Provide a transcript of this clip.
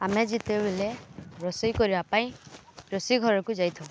ଆମେ ଯେତେବେଲେ ରୋଷେଇ କରିବା ପାଇଁ ରୋଷେଇ ଘରକୁ ଯାଇଥାଉ